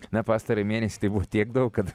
na pastarąjį mėnesį tai buvo tiek daug kad